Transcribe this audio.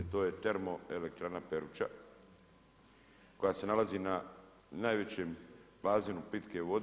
To je termoelektrana Peruča koja se nalazi na najvećem bazenu pitke vode.